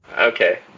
Okay